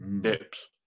dips